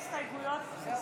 סיימנו את ההסתייגויות, סיימנו.